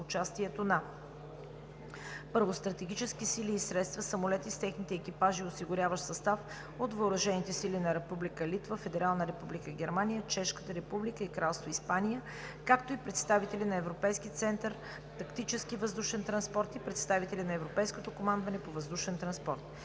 участието на: 1. Съюзнически сили и средства (самолети с техните екипажи и осигуряващ състав) от въоръжените сили на Република Литва, Федерална Република Германия, Чешката република и Кралство Испания, както и представители на Европейски център за тактически въздушен транспорт и представители на Европейското командване по въздушен транспорт.